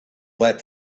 that